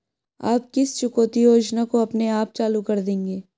आप किस चुकौती योजना को अपने आप चालू कर देंगे?